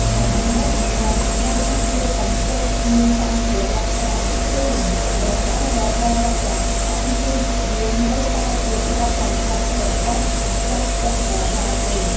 ចំណែកឯការជួលបន្ទប់មានសម្ភារៈស្រាប់ គឺរបស់របរទាំងអស់នោះវានៅតែជាទ្រព្យសម្បត្តិរបស់ម្ចាស់ផ្ទះដដែលទេ។